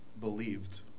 believed